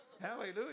Hallelujah